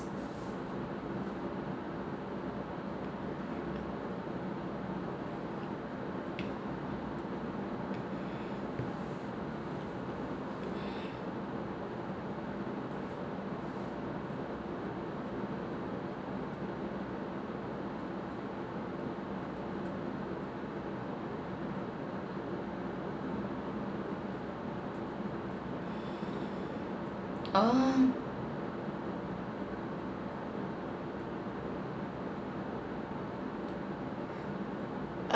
uh um